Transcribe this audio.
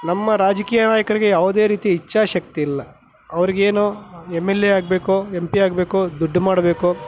ನಮ್ಮ ರಾಜಕೀಯ ನಾಯಕರಿಗೆ ಯಾವುದೇ ರೀತಿ ಇಚ್ಛಾಶಕ್ತಿ ಇಲ್ಲ ಅವ್ರಿಗೇನು ಎಮ್ ಎಲ್ ಎ ಆಗಬೇಕು ಎಮ್ ಪಿ ಆಗಬೇಕು ದುಡ್ಡು ಮಾಡಬೇಕು